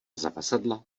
zavazadla